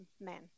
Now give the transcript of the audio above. men